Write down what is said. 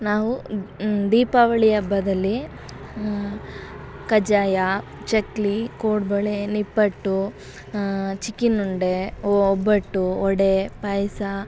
ನಾವು ದೀಪಾವಳಿ ಹಬ್ಬದಲ್ಲಿ ಕಜ್ಜಾಯ ಚಕ್ಕುಲಿ ಕೋಡುಬಳೆ ನಿಪ್ಪಟ್ಟು ಚಿಕ್ಕಿನುಂಡೆ ಒಬ್ಬಟ್ಟು ವಡೆ ಪಾಯಸ